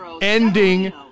ending